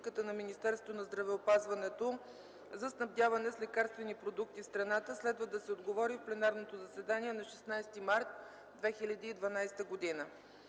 на Министерството на здравеопазването за снабдяване с лекарствени продукти в страната. Следва да се отговори в пленарното заседание на 16 март 2012 г.